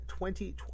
2020